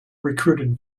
recruited